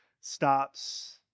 stops